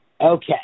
okay